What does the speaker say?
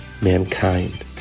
mankind